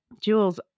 Jules